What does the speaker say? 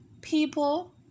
people